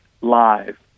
live